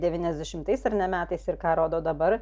devyniasdešimtais ar ne metais ir ką rodo dabar